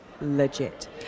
Legit